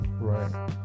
Right